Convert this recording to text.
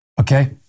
okay